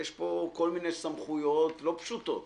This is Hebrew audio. יש פה כל מיני סמכויות לא פשוטות,